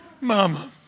Mama